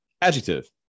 Adjective